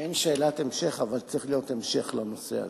אין שאלת המשך, אבל צריך להיות המשך לנושא הזה.